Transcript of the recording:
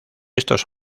estos